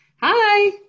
hi